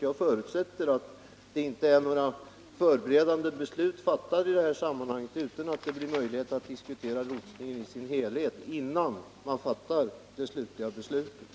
Jag förutsätter att några förberedande beslut inte fattats i det här sammanhanget och att det finns möjligheter att diskutera lotsningen i dess helhet innan beslut fattas.